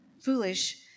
foolish